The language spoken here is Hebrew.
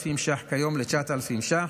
מ-6,000 שקלים כיום ל-9,000 שקלים.